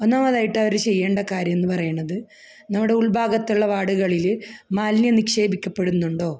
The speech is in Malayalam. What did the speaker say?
ഒന്നാമതായിട്ട് അവര് ചെയ്യേണ്ട കാര്യമെന്നു പറയുന്നത് നമ്മുടെ ഉൾഭാഗത്തുള്ള വാര്ഡുകളില് മാലിന്യം നിക്ഷേപിക്കപ്പെടുന്നുണ്ടോ